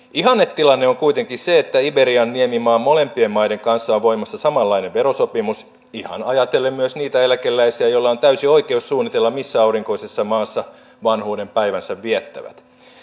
ihannetilanne on kuitenkin se että iberian niemimaan molempien maiden kanssa on voimassa samanlainen verosopimus ihan ajatellen myös niitä eläkeläisiä joilla on täysi oikeus suunnitella missä aurinkoisessa maassa vanhuudenpäivänsä viettävät